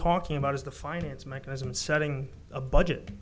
talking about is the finance mechanism setting a budget